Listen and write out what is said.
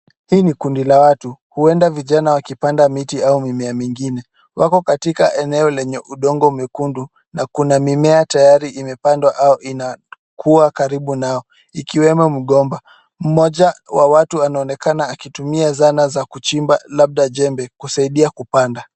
Hii ni kundi la watu, huenda vijana wakipanda miti au mimea mengine, wako katika eneo lenye udongo mwekundu na kuna mimea tayari imepandwa au inakuwa karibu nao, ikiwemo mgomba. Mmoja wa watu anaonekana akitumia zana za kuchimba labda jembe kusaidia kupanda.